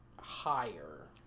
Higher